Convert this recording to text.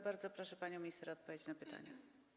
Bardzo proszę panią minister o odpowiedź na pytanie.